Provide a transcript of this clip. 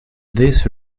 this